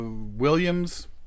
williams